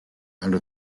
under